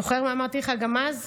זוכר מה אמרתי לך גם אז?